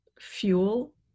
fuel